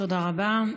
תודה רבה.